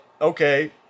okay